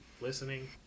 listening